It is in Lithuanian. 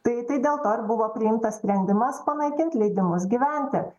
tai tai dėl to ir buvo priimtas sprendimas panaikint leidimus gyventi